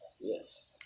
Yes